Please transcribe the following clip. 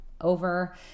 over